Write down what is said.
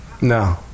No